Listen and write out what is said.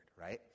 right